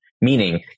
meaning